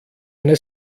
eine